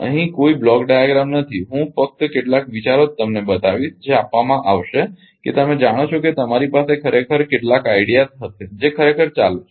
અહીં કોઈ block diagram નથી હું ફક્ત કેટલાક વિચારો જ તમને બતાવીશ કે જે આપવામાં આવશે કે તમે જાણો છો કે તમારી પાસે ખરેખર કેટલાક વિચારો હશે જે ખરેખર ચાલે છે